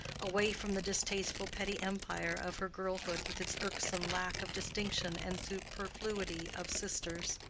away from the distasteful petty empire of her girlhood with its irksome lack of distinction and superfluity of sisters.